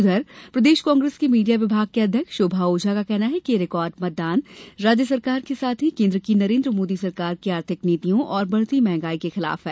उधर प्रदेश कांग्रेस की मीडिया विभाग की अध्यक्ष शोभा ओझा का कहना है कि यह रिकार्ड मतदान राज्य सरकार के साथ ही केंद्र की नरेंद्र मोदी सरकार की आर्थिक नीतियों और बढ़ती महंगाई आदि के खिलाफ है